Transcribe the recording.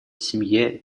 семье